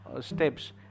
steps